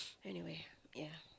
anyway ya